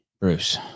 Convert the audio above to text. Bruce